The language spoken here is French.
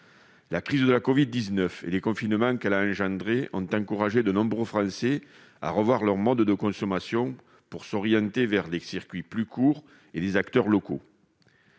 La crise de la covid-19 et les confinements qu'elle a engendrés ont encouragé de nombreux Français à revoir leur mode de consommation pour s'orienter vers des circuits plus courts et les acteurs locaux.